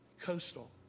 Coastal